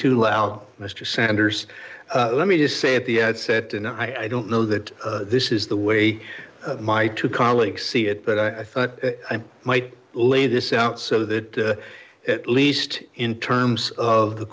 too loud mr sanders let me just say at the outset and i don't know that this is the way my two colleagues see it but i thought i might lay this out so that at least in terms of the